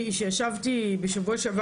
שלישית,